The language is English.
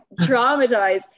traumatized